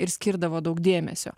ir skirdavo daug dėmesio